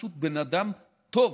פשוט בן אדם טוב,